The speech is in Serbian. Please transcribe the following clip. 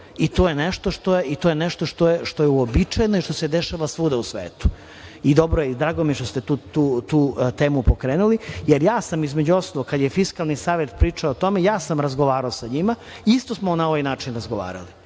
To je nešto što je uobičajeno i što se dešava svuda u svetu. Dobro je i drago mi je što ste tu temu pokrenuli. Ja sam, između ostalog, kada je Fiskalni savet pričao o tome, ja sam razgovarao sa njima, isto smo na ovaj način razgovarali.